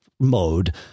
mode